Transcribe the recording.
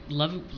love